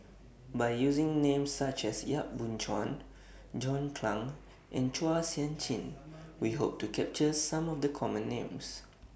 By using Names such as Yap Boon Chuan John Clang and Chua Sian Chin We Hope to capture Some of The Common Names